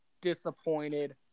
disappointed